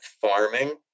farming